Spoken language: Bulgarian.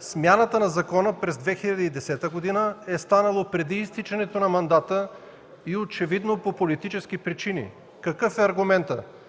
Смяната на закона през 2010 г. е станало преди изтичането на мандата и очевидно по политически причини. Какъв е аргументът?